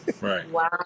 Right